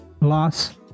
loss